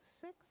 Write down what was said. six